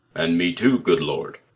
and me, too, good lord!